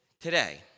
today